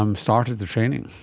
um started the training?